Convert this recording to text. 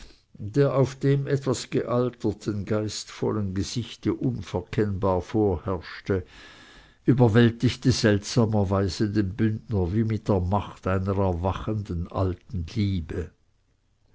der auf dem etwas gealterten geistvollen gesichte unverkennbar vorherrschte überwältigte seltsamerweise den bündner wie mit der macht einer erwachenden alten liebe